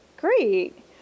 great